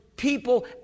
People